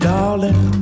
Darling